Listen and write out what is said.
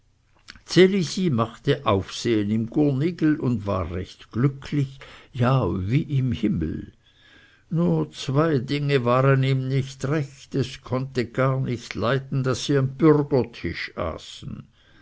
machte aufsehen im gurnigel und war recht glücklich ja wie im himmel nur zwei dinge waren ihm nicht recht es konnte gar nicht leiden daß sie am bürgertisch aßen